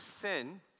sin